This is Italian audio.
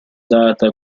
data